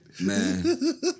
man